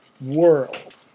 world